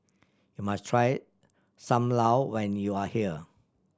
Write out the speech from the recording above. you must try Sam Lau when you are here